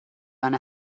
eine